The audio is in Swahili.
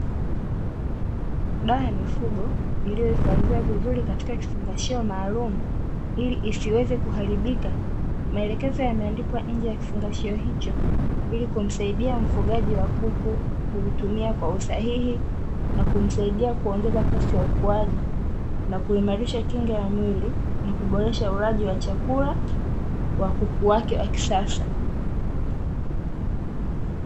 Dawa ya mifugo iliyohofadhiwa vizuri katika kifungashio maalumu ili isiweze kuharibika, maelekezo yameandikwa nje ya kifungashio hicho, ili kumsaidia mfugaji wa kuku kuitumia kwa usahihi. Na kumsaidia kuongeza kasi ya ukuaji na kuimarisha kinga ya mwili na kuboresha ulaji wa chakula wa kuku wake wa kisasa.